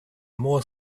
more